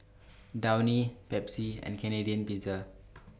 Downy Pepsi and Canadian Pizza